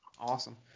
Awesome